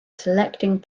selecting